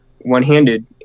one-handed